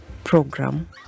program